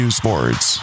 sports